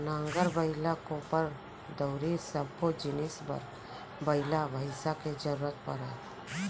नांगर, बइला, कोपर, दउंरी सब्बो जिनिस बर बइला भईंसा के जरूरत परय